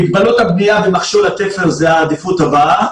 מגבלות הבנייה במכשול התפר זה העדיפות הבאה.